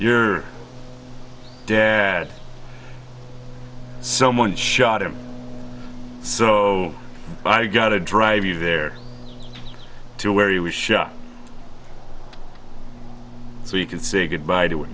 you're dad someone shot him so i got to drive you there to where he was shot so you can say goodbye to